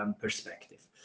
perspective